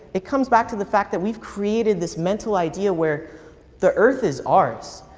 it comes back to the fact that we've created this mental idea where the earth is ours.